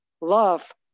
love